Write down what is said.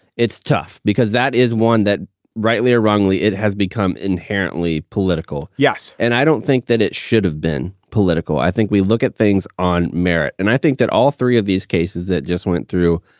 it's tough because that is one that rightly or wrongly, it has become inherently political. yes. and i don't think that it should have been political. i think we look at things on merit and i think. all three of these cases that just went through,